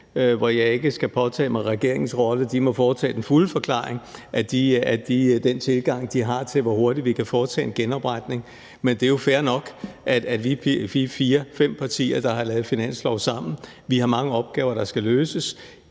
hvor jeg ikke skal påtage mig regeringens rolle. De må give den fulde forklaring på den tilgang, de har til, hvor hurtigt vi kan foretage en genopretning, men det er jo fair nok at sige, at vi fire-fem partier, der har lavet finanslove sammen, har mange opgaver, der skal løses.